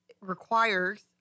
requires